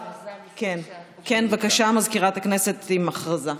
בבקשה, מזכירת הכנסת עם הודעה.